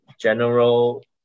general